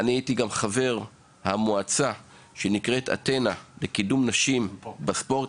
אני גם הייתי חבר במועצה שנקראת ׳אתנה׳ לקידום נשים בספורט.